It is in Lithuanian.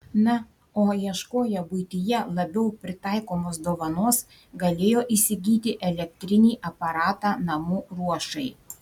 na o ieškoję buityje labiau pritaikomos dovanos galėjo įsigyti elektrinį aparatą namų ruošai